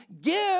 give